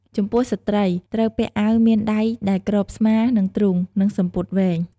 ចំពោះស្ត្រីត្រូវពាក់អាវមានដៃដែលគ្របស្មា និងទ្រូង និងសំពត់វែង។